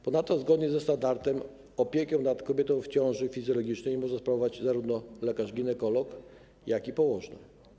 Ponadto zgodnie ze standardem opiekę nad kobietą w ciąży fizjologicznej może sprawować zarówno lekarz ginekolog, jak i położna.